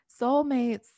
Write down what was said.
Soulmates